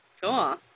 Cool